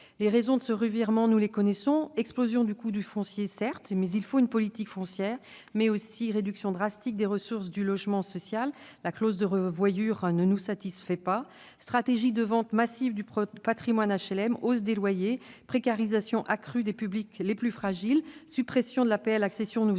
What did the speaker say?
Les raisons de ce revirement, nous les connaissons, à commencer par l'explosion du coût du foncier- il faut une politique foncière. S'y ajoutent une réduction drastique des ressources du logement social- la clause de revoyure ne nous satisfait pas -, une stratégie de vente massive du patrimoine HLM, une hausse des loyers, une précarisation accrue des publics les plus fragiles, la suppression de l'APL accession, sur